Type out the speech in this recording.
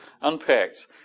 unpacked